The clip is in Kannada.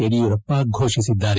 ಯಡಿಯೂರಪ್ಪ ಫೋಷಿಸಿದ್ದಾರೆ